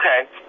Okay